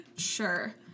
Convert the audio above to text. sure